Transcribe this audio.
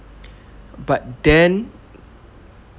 but then